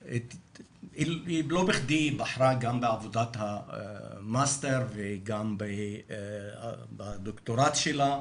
לא בכדי היא בחרה גם בעבודת המאסטר וגם בדוקטורט שלה